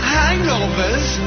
hangovers